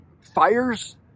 fires